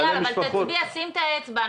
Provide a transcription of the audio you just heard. לא, אייל, שים את האצבע.